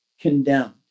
condemned